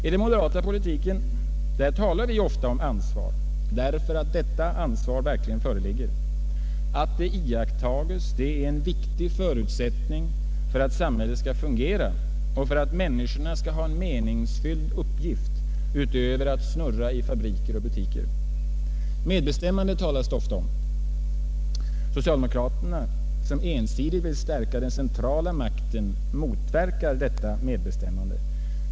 I den moderata politiken talar vi ofta om ansvar, eftersom detta ansvar verkligen föreligger. Att det iakttas är en viktig förutsättning för att samhället skall fungera och för att människorna skall ha en meningsfylld uppgift utöver att snurra i fabriker och butiker. Medbestämmanderätt talas det ofta om. Socialdemokraterna som ensidigt vill stärka den centrala makten motverkar denna medbestämmanderätt.